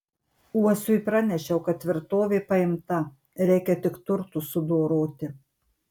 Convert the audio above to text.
uosiui pranešiau kad tvirtovė paimta reikia tik turtus sudoroti